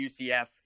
UCF